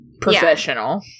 professional